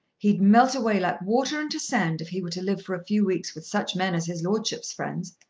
he'd melt away like water into sand if he were to live for a few weeks with such men as his lordship's friends.